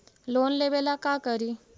Loan लेबे ला का करि?